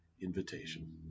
invitation